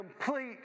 Complete